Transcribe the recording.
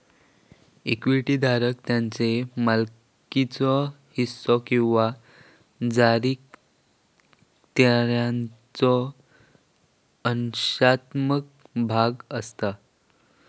equity धारक त्याच्यो मालकीचो हिस्सो किंवा जारीकर्त्याचो अंशात्मक भाग असता